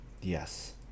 Yes